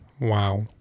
Wow